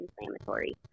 inflammatory